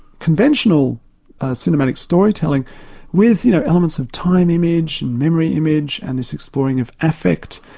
conventional cinematic storytelling with you know, elements of time image and memory image and this exploring of affect.